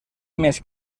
més